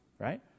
right